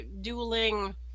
Dueling